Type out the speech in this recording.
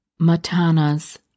Matana's